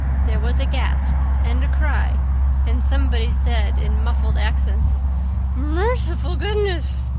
there was a gasp and a cry and somebody said in muffled accents merciful goodness!